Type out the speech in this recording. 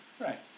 Right